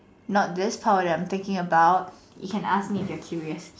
no this power that I'm thinking about you can ask me if you're curious